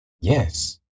Yes